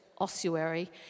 ossuary